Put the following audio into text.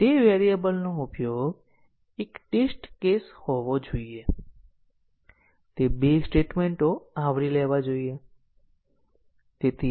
તેથી 50 test case 50 McCabeનું metric સૂચવે છે કે ત્યાં ઘણી બધી શાખાઓ છે અને કોડ સારો નથી